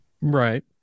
Right